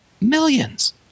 Millions